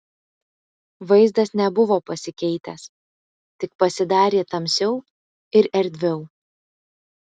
vaizdas nebuvo pasikeitęs tik pasidarė tamsiau ir erdviau